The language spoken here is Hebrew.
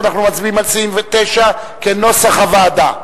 אנחנו מצביעים על סעיף 9 כנוסח הוועדה.